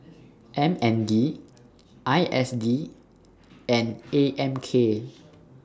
M N D I S D and A M K